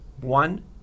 One